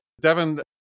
Devin